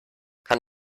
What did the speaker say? kann